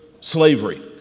slavery